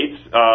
states